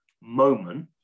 moment